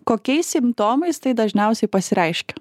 kokiais simptomais tai dažniausiai pasireiškia